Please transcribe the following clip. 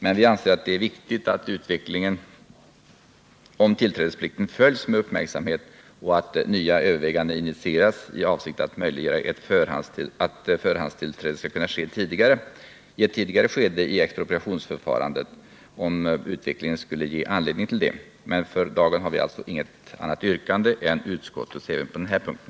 Men vi anser att det är viktigt att utvecklingen när det gäller tillträdesplikten följs med uppmärksamhet och att nya överväganden initieras i avsikt att möjliggöra att förhandstillträde kan ske i ett tidigare skede i expropriationsförfarandet, om utvecklingen skulle ge anledning till det. Men för dagen har vi inget annat yrkande än utskottets på den här punkten.